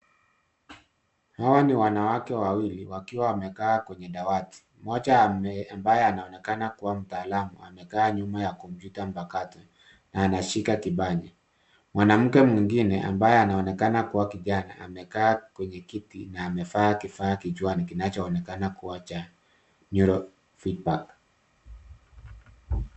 Hawa ni wanawake wawili wakiwa wamekaa kwenye dawati, moja ambaye anaonekana kua mtaalamu amekaa nyuma ya kompyuta mpakato na anashika kipanya. Mwanamke mwingine ambaye anonekana kua kijana amekaa kwenye kiti na amevaa kifaa kichwani kinachoonekana kua cha Neuro-Feedback .